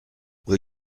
will